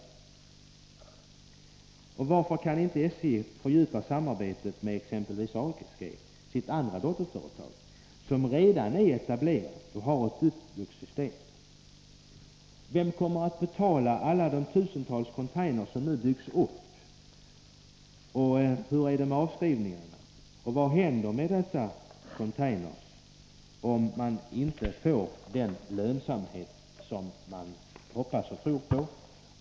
Varför kan inte SJ fördjupa samarbetet med t.ex. ASG, sitt andra dotterföretag, som redan är etablerat och har ett uppbyggt system. Vem kommer att betala alla de tusentals containrar som nu byggs, och hur är det med avskrivningarna? Vad händer med dessa containrar, om man inte får 45 den lönsamhet som man hoppas och tror på?